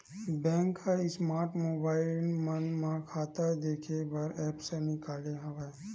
bank ह smart mobile मन म खाता देखे बर ऐप्स निकाले हवय